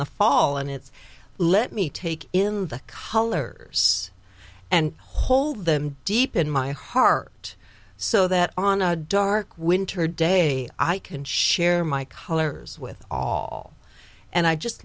the fall and it's let me take in the colors and hold them deep in my heart so that on a dark winter day i can share my colors with all and i just